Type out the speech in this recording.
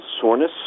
soreness